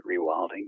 rewilding